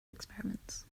experiments